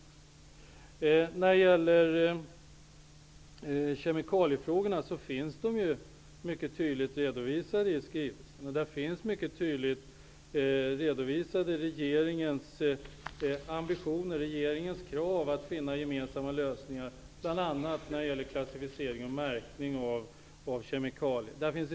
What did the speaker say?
Frågorna som gäller kemikalier är mycket tydligt redovisade i skrivelsen. Regeringens ambitioner om och krav på att finna gemensamma lösningar bl.a. när det gäller klassificering och märkning av kemikalier redovisas tydligt.